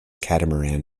catamaran